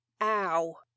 Ow